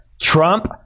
Trump